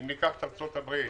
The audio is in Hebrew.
אם ניקח לדוגמה את ארצות הברית,